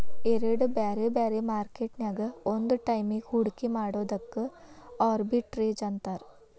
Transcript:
ಎರಡ್ ಬ್ಯಾರೆ ಬ್ಯಾರೆ ಮಾರ್ಕೆಟ್ ನ್ಯಾಗ್ ಒಂದ ಟೈಮಿಗ್ ಹೂಡ್ಕಿ ಮಾಡೊದಕ್ಕ ಆರ್ಬಿಟ್ರೇಜ್ ಅಂತಾರ